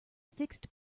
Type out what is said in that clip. fixed